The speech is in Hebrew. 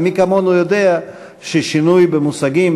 ומי כמונו יודע ששינוי במושגים,